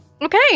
Okay